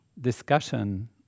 discussion